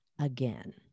again